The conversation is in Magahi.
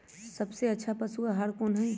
सबसे अच्छा पशु आहार कोन हई?